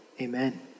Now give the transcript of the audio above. amen